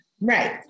Right